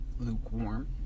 lukewarm